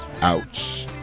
Ouch